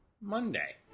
Monday